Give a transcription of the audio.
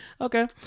okay